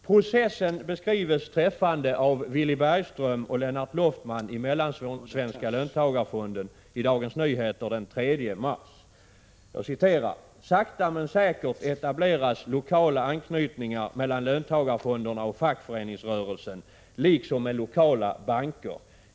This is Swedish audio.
Processen beskrivs träffande av Villy Bergström och Lennart Låftman i Mellansvenska löntagarfonden i DN den 3 mars: ”Sakta men säkert etableras lokala anknytningar mellan löntagarfonderna och fackföreningsrörelsen liksom med lokala banker.